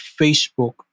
Facebook